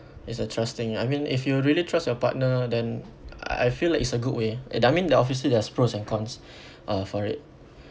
it's a trust thing I mean if you really trust your partner then I feel like it's a good way and I mean there obviously there's pros and cons uh for it